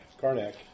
Karnak